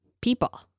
people